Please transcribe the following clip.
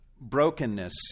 brokenness